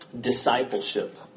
Discipleship